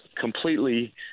completely